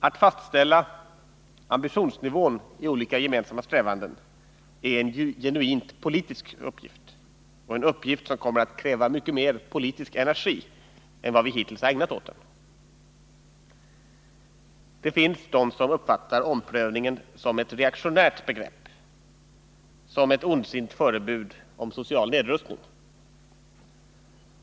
Att fastställa ambitionsnivån i olika gemensamma strävanden är en genuint politisk uppgift och en uppgift som kommer att kräva mycket mer politisk energi än vad vi hittills ägnat åt den. Det finns personer som uppfattar omprövningen som ett reaktionärt begrepp — som ett ondsint förebud om social nedrustning.